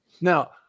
Now